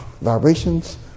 vibrations